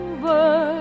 Over